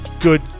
Good